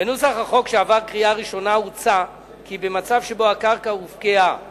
בנוסח החוק שעבר בקריאה ראשונה הוצע כי במצב שבו הקרקע הופקעה